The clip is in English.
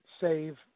save